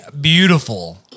beautiful